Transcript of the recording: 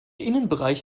innenbereich